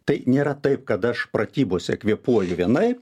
tai nėra taip kad aš pratybose kvėpuoju vienaip